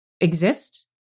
exist